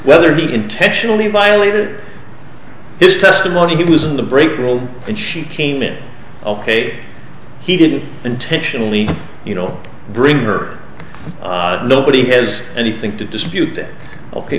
whether he intentionally violated his testimony he was in the break room and she came in ok he didn't intentionally you know bring her nobody has anything to dispute